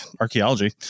archaeology